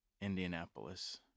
Indianapolis